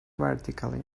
vertically